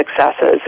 successes